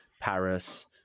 Paris